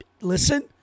Listen